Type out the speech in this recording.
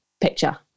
picture